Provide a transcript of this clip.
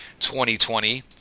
2020